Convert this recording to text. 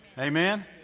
Amen